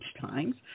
Times